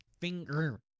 Finger